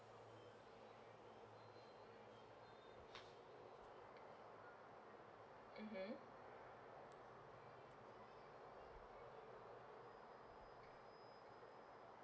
mmhmm